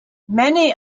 many